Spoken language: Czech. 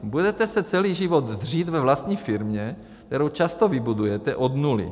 Budete se celý život dřít ve vlastní firmě, kterou často vybudujete od nuly.